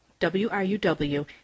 WRUW